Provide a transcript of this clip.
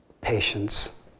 patience